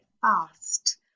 fast